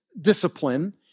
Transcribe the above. discipline